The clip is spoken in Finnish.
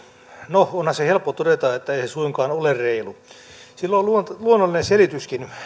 no onhan se helppo todeta että ei se suinkaan ole reilu sille on luonnollinen selityskin